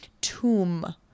tomb